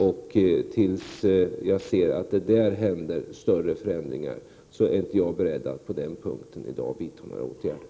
Inte förrän jag ser att det också där händer större förändringar är jag beredd att vidta några åtgärder på den punkten.